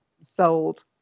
sold